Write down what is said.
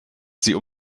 sie